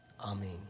Amen